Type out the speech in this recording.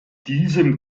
diesem